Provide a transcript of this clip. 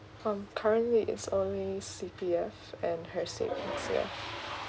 um currently it's only C_P_F and her savings yeah